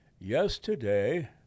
yesterday